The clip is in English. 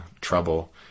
trouble